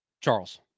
Charles